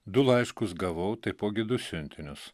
du laiškus gavau taipogi du siuntinius